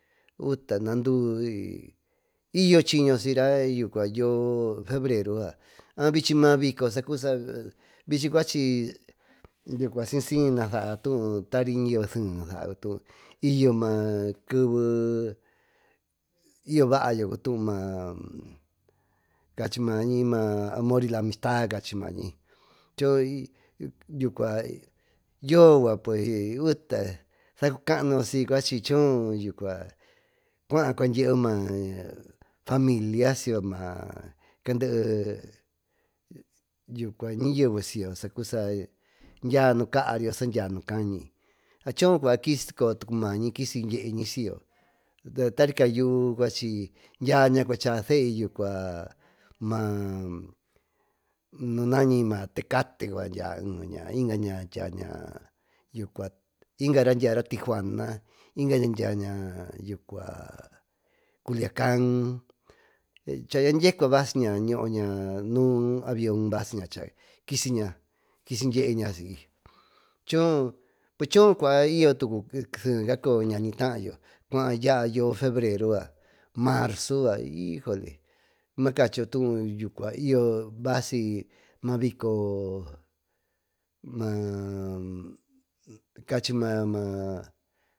Uta iyo chiño siyra yucua yoo febrero yucua abril chima bico bichy cuachy maa bico bichi nasararyo tary nayeve seen saayo y yo maa keve y yo vaayo cuutú cachi maañi amor y la amistad cachi mañi choo yucua yo yucua uta sacu canuyu si cuachi choó cuayoocuandyeyo maa familia siiyo maa candee nayeve siyo saa dya nukaary o sandya nucañi choo cua kusi tucu maañy kisidye eñi siyo tari caa yuú dya nacuache seey maa nunañi ma tecate yucua yngaña dyiaña yngara dyaara tijuana yngaña dyaña culiacan chañan dyee cua vaciña ñoo ña nuu avion basiña chakisiña siy deeña siy coocua y yo tucu seeca coyo ñani taayo cuaa yaa yo febrero yucua marzo yucuaa mayo ma cachio tuún y yo vasi maa bico maá.